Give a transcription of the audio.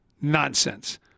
Nonsense